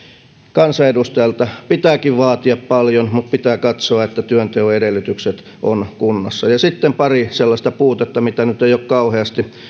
kansanedustajalta pitääkin vaatia paljon mutta pitää katsoa että työnteon edellytykset ovat kunnossa sitten pari sellaista puutetta mistä nyt ei ole kauheasti